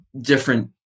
different